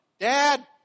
Dad